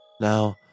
Now